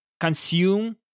Consume